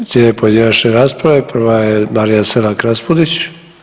Slijede pojedinačne rasprave, prva je Marija Selak Raspudić.